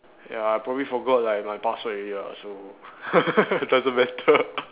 ya I probably forgot like my password already lah so doesn't matter